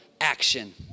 action